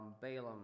Balaam